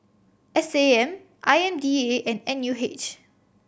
S A M I M D A and N U H